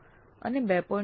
9 અને 2